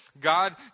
God